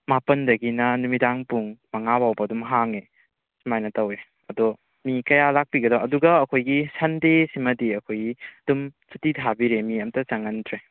ꯃꯥꯄꯜꯗꯒꯤꯅ ꯅꯨꯃꯤꯗꯥꯡ ꯄꯨꯡ ꯃꯉꯥꯐꯥꯎꯕ ꯑꯗꯨꯝ ꯍꯥꯡꯏ ꯁꯨꯃꯥꯏꯅ ꯇꯧꯏ ꯑꯗꯣ ꯃꯤ ꯀꯌꯥ ꯂꯥꯛꯄꯤꯒꯗ ꯑꯗꯨꯒ ꯑꯩꯈꯣꯏꯒꯤ ꯁꯟꯗꯦꯁꯤꯃꯗꯤ ꯑꯩꯈꯣꯏꯒꯤ ꯑꯗꯨꯝ ꯁꯨꯇꯤ ꯊꯥꯕꯤꯔꯦ ꯃꯤ ꯑꯃꯇ ꯆꯪꯍꯟꯗ꯭ꯔꯦ